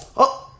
oh,